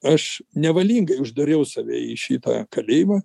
aš nevalingai uždariau save į šitą kalėjimą